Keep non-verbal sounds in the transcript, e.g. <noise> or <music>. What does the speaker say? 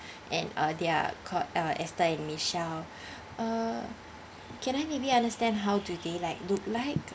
and uh their called uh ester and michele <breath> uh can I maybe understand how do they like look like